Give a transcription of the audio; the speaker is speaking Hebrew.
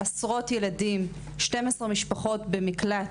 12 משפחות במקלט,